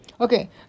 Okay